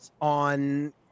on